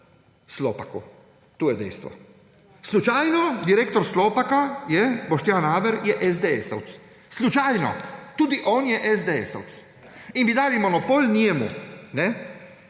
Slopaku. To je dejstvo. Slučajno direktor Slopaka je Boštjan Aver, je SDS-ovec, slučajno. Tudi on je SDS-ovec. In bi dali monopol njemu,